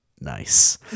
nice